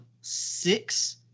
six